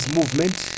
movement